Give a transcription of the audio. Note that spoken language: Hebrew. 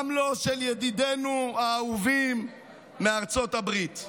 גם לא של ידידינו האהובים מארצות הברית.